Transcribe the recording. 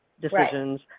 decisions